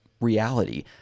reality